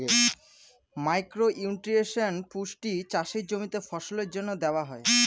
micro nutrients পুষ্টি চাষের জমিতে ফসলের জন্য দেওয়া হয়